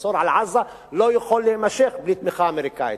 המצור על עזה לא יכול להימשך בלי תמיכה אמריקנית,